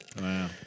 Wow